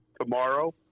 tomorrow